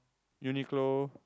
Uniqlo